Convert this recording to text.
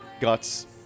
Guts